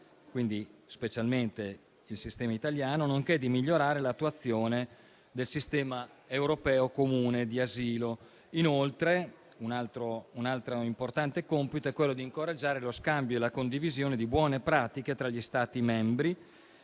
(quindi specialmente il sistema italiano), nonché di migliorare l'attuazione del sistema europeo comune di asilo. Un altro importante compito è quello di incoraggiare lo scambio e la condivisione di buone pratiche tra gli Stati membri;